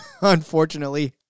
unfortunately